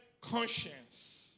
conscience